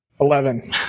Eleven